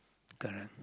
correct